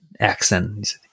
accent